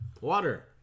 Water